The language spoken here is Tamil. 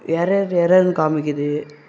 எரர் எரர்ன்னு காமிக்குது